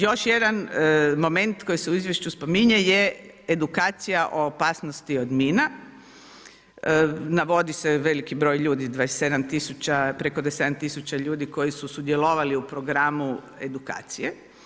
Još jedan moment koji se u izvješću spominje, je edukacija o opasnosti od mina, navodi se veliki broj ljudi, preko 27000 ljudi, koji su sudjelovali u programu edukaciju.